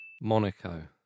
Monaco